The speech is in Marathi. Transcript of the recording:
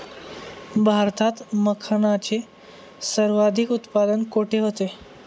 भारतात मखनाचे सर्वाधिक उत्पादन कोठे होते?